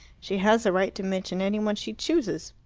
she has a right to mention any one she chooses.